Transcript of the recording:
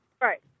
Right